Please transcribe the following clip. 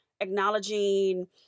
Acknowledging